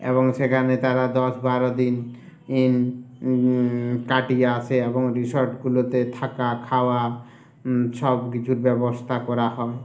এবং সেখানে তারা দশ বারো দিন ইন কাটিয়ে আসে এবং রিসর্টগুলোতে থাকা খাওয়া সব কিছুর ব্যবস্থা করা হয়